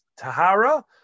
tahara